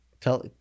tell